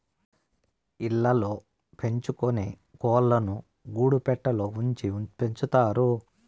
ఇళ్ళ ల్లో పెంచుకొనే కోళ్ళను గూడు పెట్టలో ఉంచి పెంచుతారు